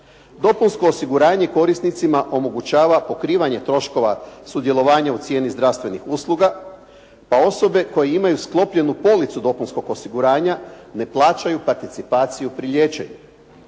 Dopunsko osiguranje korisnicima omogućava pokrivanje troškova sudjelovanja u cijeni zdravstvenih usluga, pa osobe koje imaju sklopljenu policu dopunskog osiguranja, ne plaćaju participaciju pri liječenju.